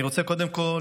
אני רוצה קודם כול,